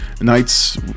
nights